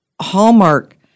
hallmark